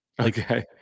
Okay